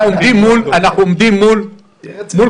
אני עונה, אנחנו עומדים מול כתבות